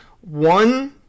one